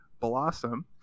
Blossom